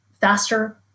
faster